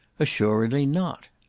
assuredly not.